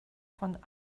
von